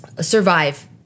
survive